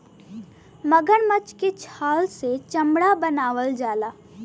मगरमच्छ के छाल से चमड़ा बनावल जाला